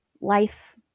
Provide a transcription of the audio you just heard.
life